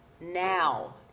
now